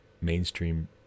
mainstream